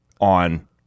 on